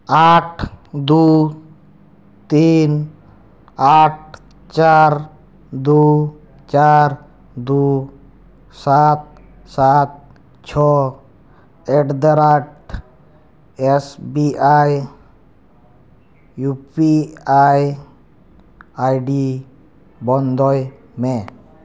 ᱟᱴ ᱫᱩ ᱛᱤᱱ ᱟᱴ ᱪᱟᱨ ᱫᱩ ᱪᱟᱨ ᱫᱩ ᱥᱟᱛ ᱥᱟᱛ ᱪᱷᱚ at the rate S B I U P I ID ᱵᱚᱱᱫᱚᱭ ᱢᱮ